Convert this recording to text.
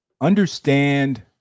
understand